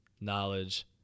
knowledge